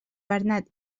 bernat